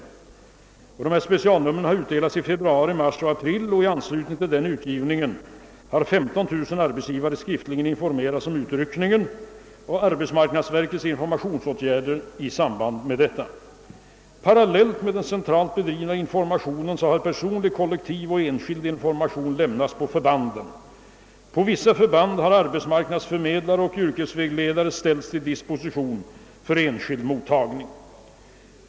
Specialnumren har utdelats i februari, mars och april. I anslutning till denna utgivning har 15000 arbetsgivare skriftligen informerats om utryckningen och arbetsmarknadsverkets informationsåtgärder i samband därmed. Parallellt med den centralt bedrivna informationen har personlig kollektiv och enskild information lämnats ute på förbanden. På vissa förband har arbetsförmedlare och yrkesvägledare ställts till disposition för enskild mottagning.